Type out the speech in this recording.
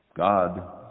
God